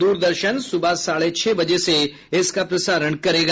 द्रदर्शन सुबह साढ़े छह बजे इसका प्रसारण करेगा